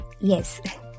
Yes